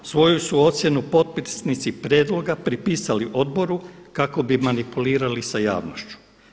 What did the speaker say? Svoju su ocjenu potpisnici prijedloga pripisali Odboru kako bi manipulirali sa javnošću.